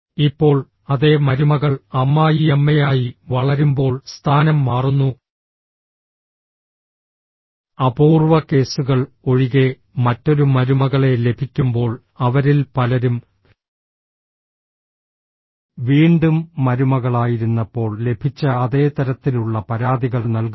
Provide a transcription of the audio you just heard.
ഇപ്പോൾ അതേ മരുമകൾ അമ്മായിയമ്മയായി വളരുമ്പോൾ സ്ഥാനം മാറുന്നു അപൂർവ കേസുകൾ ഒഴികെ മറ്റൊരു മരുമകളെ ലഭിക്കുമ്പോൾ അവരിൽ പലരും വീണ്ടും മരുമകളായിരുന്നപ്പോൾ ലഭിച്ച അതേ തരത്തിലുള്ള പരാതികൾ നൽകുന്നു